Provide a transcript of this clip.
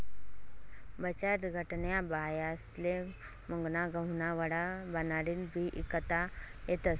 बचतगटन्या बायास्ले मुंगना गहुना वडा बनाडीन बी ईकता येतस